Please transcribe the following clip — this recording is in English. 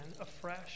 afresh